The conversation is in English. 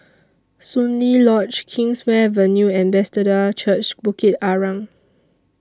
Soon Lee Lodge Kingswear Avenue and Bethesda Church Bukit Arang